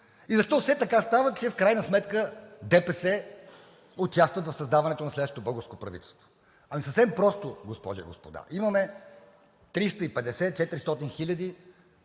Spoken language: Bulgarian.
и защо все така става, че в крайна сметка ДПС участват в създаването на следващо българско правителство? Ами съвсем просто, госпожи и господа, имаме 350 – 400 хиляди